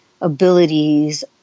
abilities